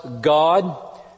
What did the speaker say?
God